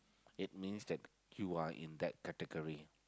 it means that you are in that category